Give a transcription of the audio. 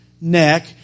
neck